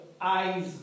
Eyes